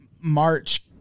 march